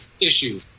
issue